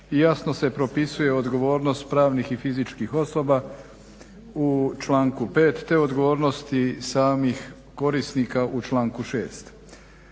i jasno se propisuje odgovornost pravnih i fizičkih osoba u članku 5. te odgovornosti samih korisnika u članku 6.